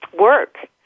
work